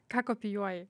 ką kopijuoji